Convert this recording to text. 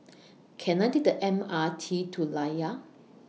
Can I Take The M R T to Layar